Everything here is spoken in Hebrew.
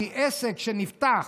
כי עסק שנפתח,